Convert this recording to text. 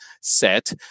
set